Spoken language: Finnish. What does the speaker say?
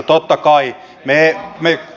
totta kai me home